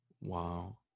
Wow